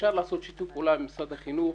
אפשר לעשות שיתוף פעולה עם משרד החינוך